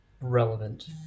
relevant